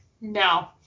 no